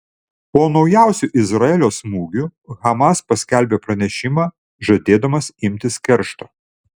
po naujausių izraelio smūgių hamas paskelbė pranešimą žadėdamas imtis keršto